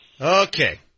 Okay